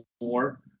more